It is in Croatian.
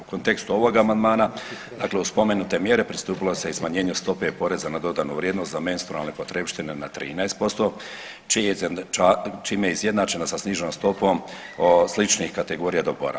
U kontekstu ovog amandmana, dakle uz spomenute mjere pristupilo se i smanjenju stope poreza na dodatnu vrijednost za menstrualne potrepštine na 13% čime je izjednačena sa sniženom stopom sličnih kategorija dogovora.